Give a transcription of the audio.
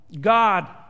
God